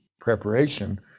preparation